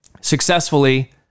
successfully